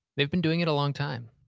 they've been doing it a long time.